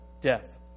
death